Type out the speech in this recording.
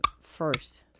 first